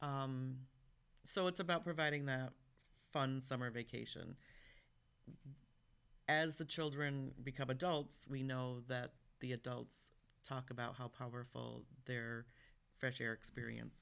so it's about providing that fun summer vacation as the children become adults we know that the adults talk about how powerful their fresh air experience